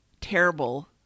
terrible